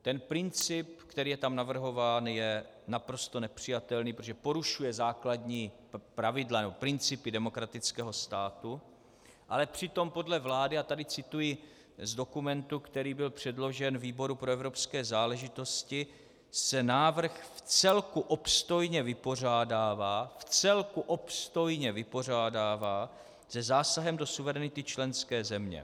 Ten princip, který je tam navrhován, je naprosto nepřijatelný, protože porušuje základní pravidla nebo principy demokratického státu, ale přitom podle vlády, a tady cituji z dokumentu, který byl předložen výboru pro evropské záležitosti, se návrh vcelku obstojně vypořádává vcelku obstojně vypořádává se zásahem do suverenity členské země.